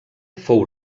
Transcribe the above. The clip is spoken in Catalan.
fou